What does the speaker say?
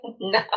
No